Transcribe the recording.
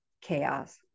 chaos